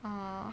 啊